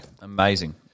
Amazing